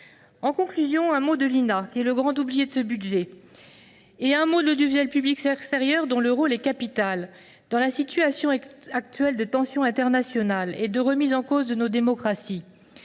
de l’audiovisuel (INA), qui est le grand oublié de ce budget, et de l’audiovisuel public extérieur, dont le rôle est capital dans la situation actuelle de tensions internationales et de remise en cause de nos démocraties.